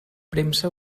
premsa